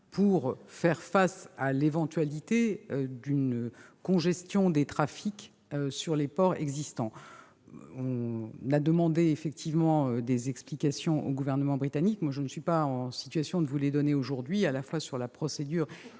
pour faire face à l'éventualité d'une congestion des trafics sur les ports existants. Nous avons effectivement demandé des explications au gouvernement britannique- je ne suis pas en mesure de vous les donner aujourd'hui -à la fois sur la procédure